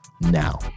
now